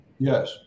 Yes